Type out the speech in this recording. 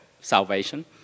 salvation